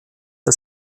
the